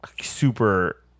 super